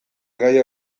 gaia